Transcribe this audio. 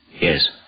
Yes